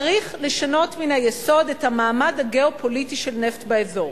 צריך לשנות מהיסוד את המעמד הגיאו-פוליטי של נפט באזור,